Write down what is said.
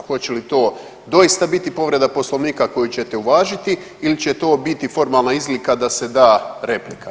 Hoće li to doista biti povreda Poslovnika koju ćete uvažiti ili će to biti formalna izlika da se da replika.